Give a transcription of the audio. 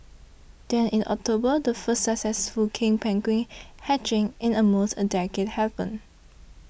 then in October the first successful king penguin hatching in almost a decade happened